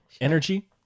energy